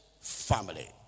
family